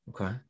Okay